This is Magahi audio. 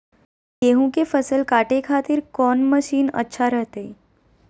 गेहूं के फसल काटे खातिर कौन मसीन अच्छा रहतय?